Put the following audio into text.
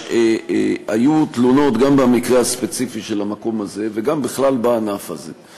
היו תלונות גם במקרה הספציפי של המקום הזה וגם בכלל בענף הזה,